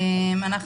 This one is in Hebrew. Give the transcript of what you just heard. לא.